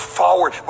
forward